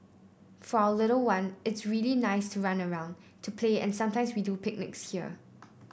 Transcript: for our little one it's really nice to run around to play and sometimes we do picnics here